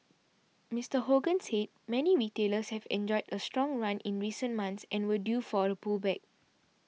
Mister Hogan said many retailers have enjoyed a strong run in recent months and were due for a pullback